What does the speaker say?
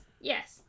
Yes